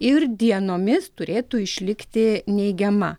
ir dienomis turėtų išlikti neigiama